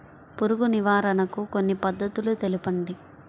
పురుగు నివారణకు కొన్ని పద్ధతులు తెలుపండి?